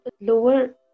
lower